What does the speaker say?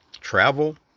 travel